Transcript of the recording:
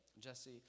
Jesse